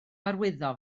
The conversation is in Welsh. arwyddo